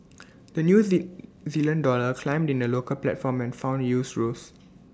the new Z Zealand dollar climbed in the local platform and found yields rose